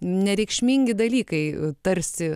nereikšmingi dalykai tarsi